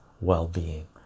well-being